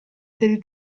del